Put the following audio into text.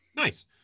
nice